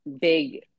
big